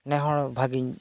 ᱱᱮ ᱦᱚᱲ ᱵᱷᱟᱹᱜᱤᱧ